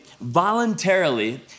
voluntarily